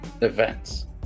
events